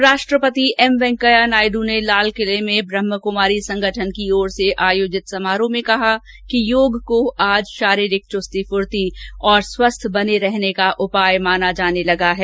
उपराष्ट्रपति एम वेंकैया नायडू ने लालकिले में ब्रहमकुमारी संगठन की ओर से आयोजित समारोह में कहा कि योग को आज शारीरिक चूस्ती फूर्ती और स्वस्थ बने रहने का उपाय माना जाने लगा है